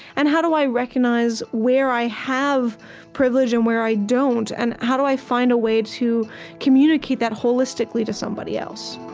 and how do i recognize where i have privilege and where i don't, don't, and how do i find a way to communicate that holistically to somebody else?